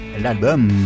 l'album